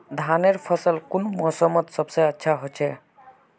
धानेर फसल कुन मोसमोत सबसे अच्छा होचे?